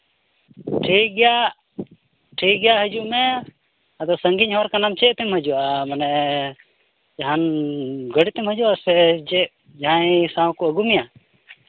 ᱴᱷᱤᱠ ᱜᱮᱟ ᱴᱷᱤᱠ ᱜᱮᱭᱟ ᱦᱤᱡᱩᱜ ᱢᱮ ᱟᱫᱚ ᱥᱟᱺᱜᱤᱧ ᱦᱚᱨ ᱠᱟᱱᱟ ᱪᱮᱫ ᱛᱮᱢ ᱦᱤᱡᱩᱜᱼᱟ ᱢᱟᱱᱮ ᱡᱟᱦᱟᱱ ᱜᱟᱹᱲᱤ ᱛᱮᱢ ᱦᱤᱡᱩᱜ ᱟᱥᱮ ᱪᱮᱫ ᱡᱟᱦᱟᱸᱭ ᱥᱟᱶ ᱠᱚ ᱟᱹᱜᱩ ᱢᱮᱭᱟ